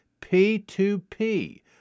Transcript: P2P